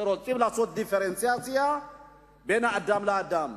שרוצים לעשות דיפרנציאציה בין אדם לאדם.